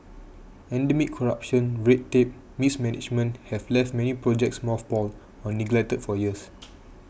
endemic corruption red tape and mismanagement have left many projects mothballed or neglected for years